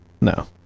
No